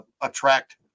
attract